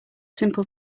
simple